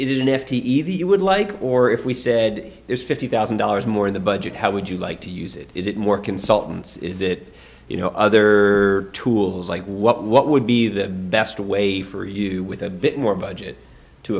it in f t e that you would like or if we said it's fifty thousand dollars more in the budget how would you like to use it is it more consultants is it you know other tools like what what would be the best way for you with a bit more budget to